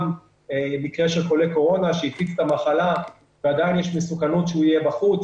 במקרה של חולה קורונה שהפיץ את המחלה ועדיין יש מסוכנות שהוא יהיה בחוץ,